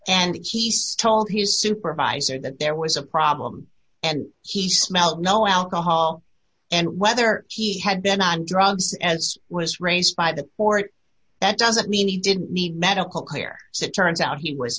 and he's told his supervisor that there was a problem and he smelled no alcohol and whether he had been on drugs as was raised by the fort that doesn't mean he didn't need medical care citron out he was